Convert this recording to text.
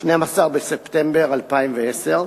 12 בספטמבר 2010,